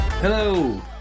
Hello